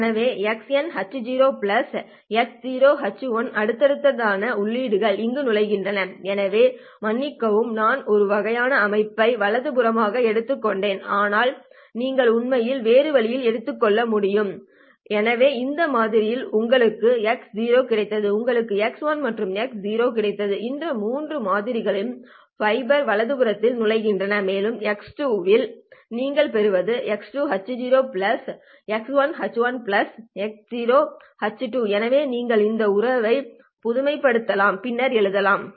எனவே x h x h அடுத்ததாக உள்ளீடுகள் இங்கு நுழைகின்றன எனவே மன்னிக்கவும் நான் ஒரு வகையான அமைப்பை வலதுபுறமாக எடுத்துக்கொண்டேன் ஆனால் நீங்கள் உண்மையில் வேறு வழியில் எடுக்க முடியும் இல்லை விஷயம் எனவே அடுத்த மாதிரியில் உங்களுக்கு x கிடைத்தது உங்களுக்கு x மற்றும் x கிடைத்தது இந்த மூன்று மாதிரிகள் ஃபைபர் வலதுபுறத்தில் நுழைகின்றன மேலும் y இல் நீங்கள் பெறுவது x h x h x h எனவே நீங்கள் இந்த உறவுகளைப் பொதுமைப்படுத்தலாம் பின்னர் எழுதலாம்